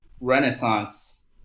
Renaissance